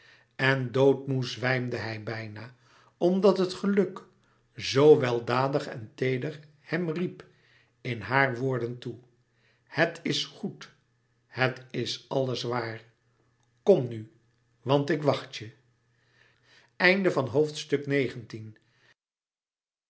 en doodmoê zwijmde louis couperus metamorfoze hij bijna omdat het geluk zoo weldadig en teeder hem riep in haar woorden toe het is goed het is alles waar kom nu want ik wacht je